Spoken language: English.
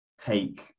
take